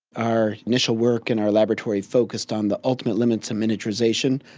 our initial work in our laboratory focused on the ultimate limits of miniaturisation,